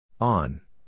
On